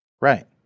Right